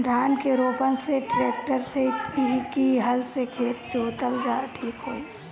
धान के रोपन मे ट्रेक्टर से की हल से खेत जोतल ठीक होई?